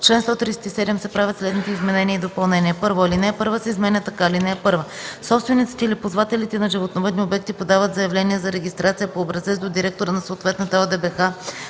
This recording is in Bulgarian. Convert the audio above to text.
137 се правят следните изменения и допълнения: 1. Алинея 1 се изменя така: „(1) Собствениците или ползвателите на животновъдни обекти подават заявление за регистрация по образец до директора на съответната ОДБХ,